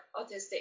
autistic